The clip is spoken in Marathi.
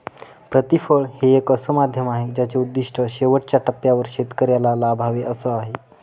प्रतिफळ हे एक असे माध्यम आहे ज्याचे उद्दिष्ट शेवटच्या टप्प्यावर शेतकऱ्याला लाभावे असे आहे